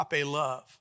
love